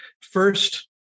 First